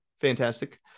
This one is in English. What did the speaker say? Fantastic